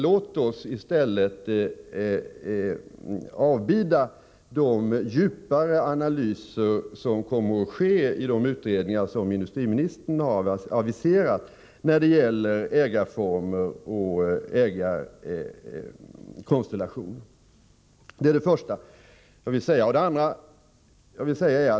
Låt oss i stället avbida de djupare analyser som kommer att göras i de utredningar som industriministern har aviserat när det gäller ägarformer och ägarkonstellationer. 2.